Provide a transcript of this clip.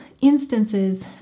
instances